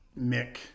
Mick